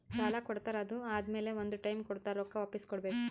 ಸಾಲಾ ಕೊಡ್ತಾರ್ ಅದು ಆದಮ್ಯಾಲ ಒಂದ್ ಟೈಮ್ ಕೊಡ್ತಾರ್ ರೊಕ್ಕಾ ವಾಪಿಸ್ ಕೊಡ್ಬೇಕ್